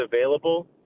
available